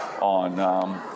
on, –